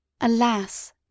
Alas